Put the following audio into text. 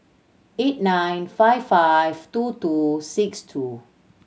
eight nine five five two two six two